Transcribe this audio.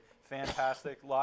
Fantastic